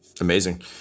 Amazing